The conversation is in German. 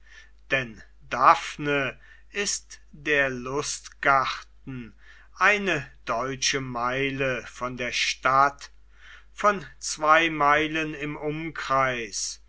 denn da ist der lustgarten eine deutsche meile von der stadt von zwei meilen im umkreis